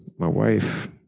my wife,